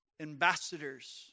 ambassadors